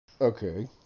Okay